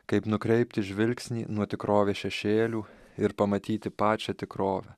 kaip nukreipti žvilgsnį nuo tikrovės šešėlių ir pamatyti pačią tikrovę